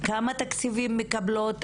מבחינת ייצוגים בכלים שעומדים,